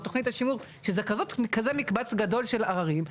כשזו כזאת כמות גדולה של מקבץ עררים,